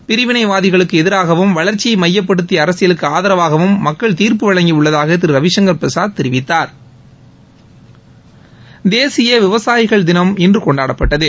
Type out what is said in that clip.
பிரிவினைவாதிகளுக்கு எதிராகவும் வளர்ச்சியை மையப்படுத்திய அரசியலுக்கு ஆதரவாகவும் மக்கள் தீர்ப்பு வழங்கி உள்ளதாக திரு ரவிசங்கர் பிரசாத் தெரிவித்தார் தேசிய விவசாயிகள் தினம் இன்று கொண்டாடப்பட்டது